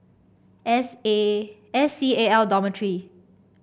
S A S C A L Dormitory